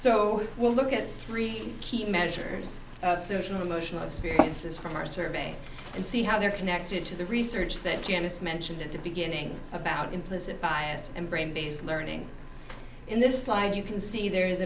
so we'll look at three key measures of social emotional experiences from our survey and see how they're connected to the research that janice mentioned at the beginning about implicit bias and brain based learning in this slide you can see there